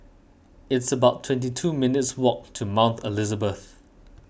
it's about twenty two minutes' walk to Mount Elizabeth